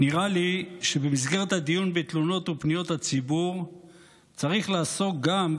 נראה לי שבמסגרת הדיון בתלונות ופניות הציבור צריך לעסוק גם,